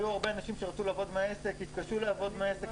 הרבה אנשים רצו מהעסק והתקשו לעבוד מהעסק,